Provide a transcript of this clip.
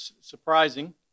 surprising